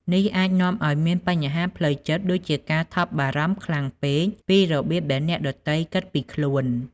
នេះអាចនាំឲ្យមានបញ្ហាផ្លូវចិត្តដូចជាការថប់បារម្ភខ្លាំងពេកពីរបៀបដែលអ្នកដទៃគិតពីខ្លួន។